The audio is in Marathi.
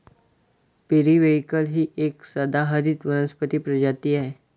पेरिव्हिंकल ही एक सदाहरित वनस्पती प्रजाती आहे